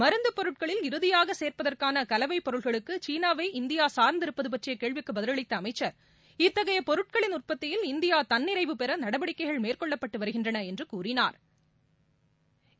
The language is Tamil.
மருந்து பொருட்களில் இறுதியாக சேன்ப்பதற்கான கலவைப் பொருளுக்கு சீனாவை இந்தியாக சார்ந்திருப்பது பற்றிய கேள்விக்கு பதிலளித்த அமைச்சா் இத்தகைய பொருட்களின் உற்பத்தியில் இந்தியா தன்னிரைவுபெற நடவடிக்கைகள் மேற்கொள்ளப்பட்டு வருகின்றன என்று கூறினாா்